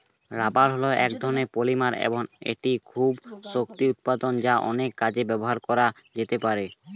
rubber হল এক ধরণের পলিমার এবং একটি খুব শক্ত উপাদান যা অনেক কাজে ব্যবহার করা যেতে পারে